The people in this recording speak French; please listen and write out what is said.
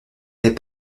n’est